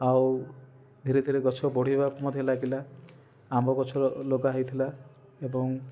ଆଉ ଧୀରେ ଧୀରେ ଗଛ ବଢ଼ିବାକୁ ମଧ୍ୟ ଲାଗିଲା ଆମ୍ବ ଗଛ ଲଗା ହେଇଥିଲା ଏବଂ